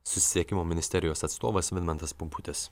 susisiekimo ministerijos atstovas vidmantas pumputis